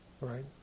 Right